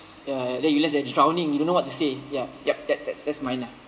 ya then you're left there drowning you don't know what to say ya yup that that that's mine lah